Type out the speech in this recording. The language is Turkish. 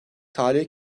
tarihi